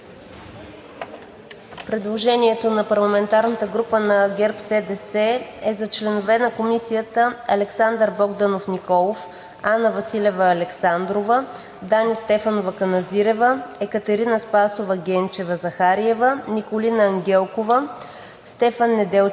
Предложението на парламентарната група на ГЕРБ-СДС е за членове на Комисията Александър Богданов Николов, Анна Василева Александрова, Дани Стефанова Каназирева, Екатерина Спасова Генчева-Захариева, Николина Ангелкова,